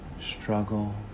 struggle